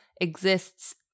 exists